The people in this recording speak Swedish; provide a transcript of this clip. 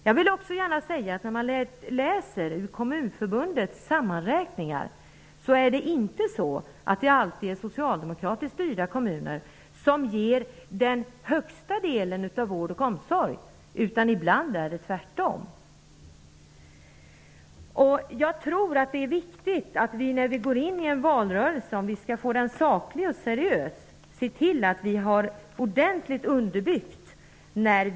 Jag vill också gärna säga att när man läser Kommunförbundets sammanräkningar finner man att det inte alltid är socialdemokratiskt styrda kommuner som ger den högsta andelen vård och omsorg, ibland är det tvärtom. Jag tror att det är viktigt att vi har en ordentlig grund att stå på när vi kritiserar för att vi skall få en saklig och seriös valrörelse.